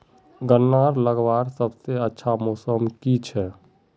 गन्ना लगवार सबसे अच्छा मौसम की छे?